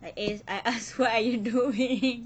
I a~ I ask what are you doing